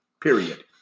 period